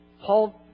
Paul